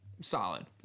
Solid